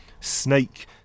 snake